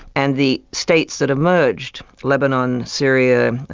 and the states that emerged, lebanon, syria,